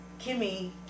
Kimmy